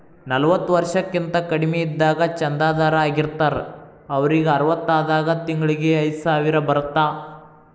ನಲವತ್ತ ವರ್ಷಕ್ಕಿಂತ ಕಡಿಮಿ ಇದ್ದಾಗ ಚಂದಾದಾರ್ ಆಗಿರ್ತಾರ ಅವರಿಗ್ ಅರವತ್ತಾದಾಗ ತಿಂಗಳಿಗಿ ಐದ್ಸಾವಿರ ಬರತ್ತಾ